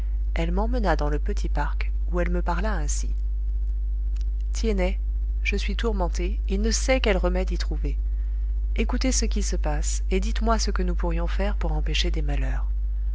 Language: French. elle m'emmena dans le petit parc où elle me parla ainsi tiennet je suis tourmentée et ne sais quel remède y trouver écoutez ce qui se passe et dites-moi ce que nous pourrions faire pour empêcher des malheurs